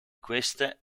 queste